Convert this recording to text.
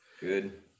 Good